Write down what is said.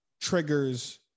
triggers